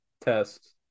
test